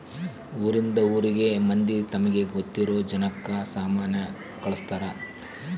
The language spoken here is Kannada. ಊರಿಂದ ಊರಿಗೆ ಮಂದಿ ತಮಗೆ ಗೊತ್ತಿರೊ ಜನಕ್ಕ ಸಾಮನ ಕಳ್ಸ್ತರ್